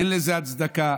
אין לזה הצדקה.